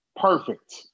Perfect